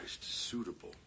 suitable